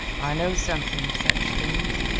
i know something of such things.